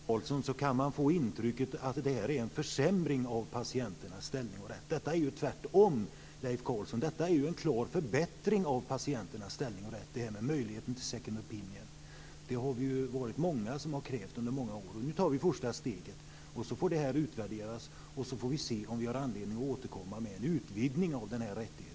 Fru talman! När man lyssnar på Leif Carlson kan man få intrycket att det här är en försämring av patienternas rätt. Möjligheten till second opinion är tvärtom en klar förbättring av patientens ställning och rätt. Vi är många som har krävt detta under många år, och nu tar vi första steget. Sedan får det utvärderas, och vi får se om vi har anledning att återkomma med en utvidgning av denna rättighet.